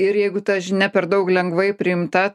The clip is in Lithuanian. ir jeigu ta žinia per daug lengvai priimta